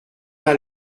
l’un